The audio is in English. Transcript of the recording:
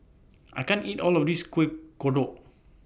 I can't eat All of This Kueh Kodok